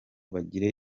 bagire